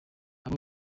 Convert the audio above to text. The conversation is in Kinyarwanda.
abo